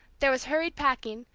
there was hurried packing,